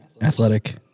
athletic